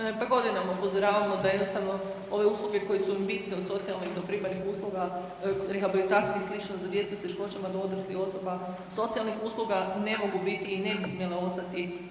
Pa godinama upozoravamo da jednostavno ove usluge koje su bitne u .../Govornik se ne razumije./... usluga, rehabilitacije i sl. za djecu s teškoćama do odraslih osoba socijalnih usluga, ne mogu biti i ne bi smjele ostati